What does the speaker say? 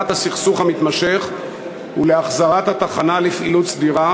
הסכסוך המתמשך ולהחזרת התחנה לפעילות סדירה?